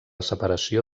separació